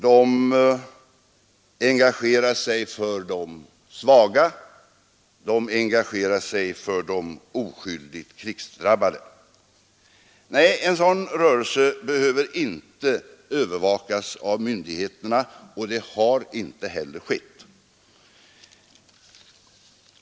De engagerar sig för de svaga, de engagerar sig för de oskyldigt krrigsdrabbade. Nej, en sådan rörelse behöver inte övervakas av myndigheterna, och detta har inte heller skett.